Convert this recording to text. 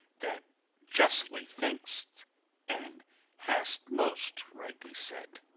that justly think'st and hast most rightly said!